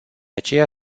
aceea